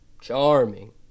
charming